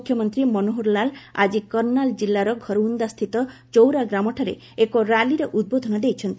ମୁଖ୍ୟମନ୍ତ୍ରୀ ମନହୋରଲାଲ୍ ଆଜି କର୍ଷାଲ୍ ଜିଲ୍ଲାର ଘରଉନ୍ଦା ସ୍ଥିତ ଚୌରା ଗ୍ରାମଠାରେ ଏକ ର୍ୟାଲିରେ ଉଦ୍ବୋଧନ ଦେଇଛନ୍ତି